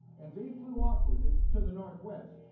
and they flew off with it to the northwest.